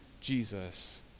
Jesus